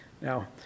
Now